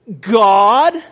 God